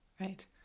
Right